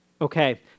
Okay